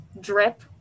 drip